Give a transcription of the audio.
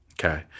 Okay